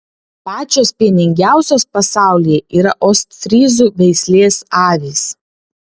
pačios pieningiausios pasaulyje yra ostfryzų veislės avys